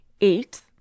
eight